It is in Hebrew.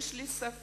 יש לי ספק